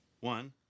One